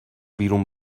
بیرون